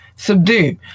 Subdue